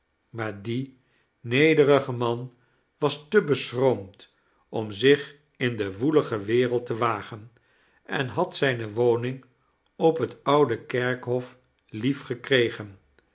maar die nederige man was te beschroomd om zich in de woelige wereld te wagen en had zijne woning op het oude kerkhof lief gekregen